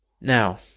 Now